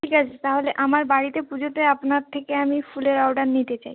ঠিক আছে তাহলে আমার বাড়িতে পুজোতে আপনার থেকে আমি ফুলের অর্ডার নিতে চাই